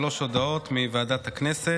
שלוש הודעות מוועדת הכנסת.